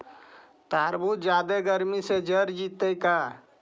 तारबुज जादे गर्मी से जर जितै का?